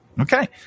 Okay